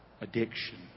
addiction